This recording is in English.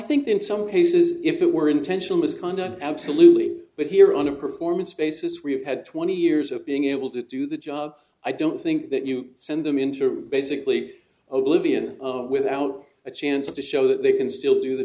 think in some cases if it were intentional misconduct absolutely but here on a performance basis we've had twenty years of being able to do the job i don't think that you send them into are basically a libyan without a chance to show that they can still do the